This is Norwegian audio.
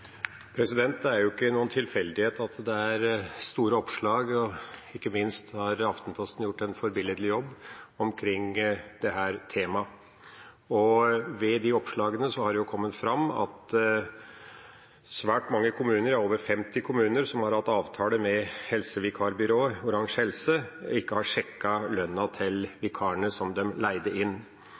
Det er ikke noen tilfeldighet at det er store oppslag, og ikke minst har Aftenposten gjort en forbilledlig jobb med dette temaet. Ved disse oppslagene har det kommet fram at svært mange, ja over 50 kommuner som har hatt avtaler med helsevikarbyrået Orange Helse, ikke har sjekket lønnen til vikarene de leide inn.